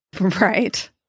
Right